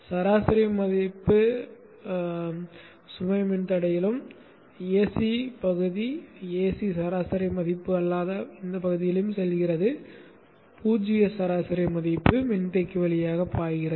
சராசரி மதிப்பு பகுதி சுமை மின்தடையிலும் ஏசி கூறு பகுதி ஏசி சராசரி மதிப்பு இல்லாத பகுதியிலும் செல்கிறது பூஜ்ஜிய சராசரி மதிப்பு மின்தேக்கி வழியாக பாய்கிறது